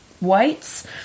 whites